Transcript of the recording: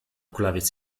kulawiec